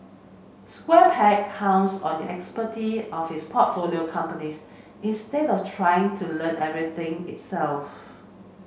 Square Peg counts on the expertise of its portfolio companies instead of trying to learn everything itself